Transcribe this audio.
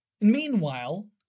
Meanwhile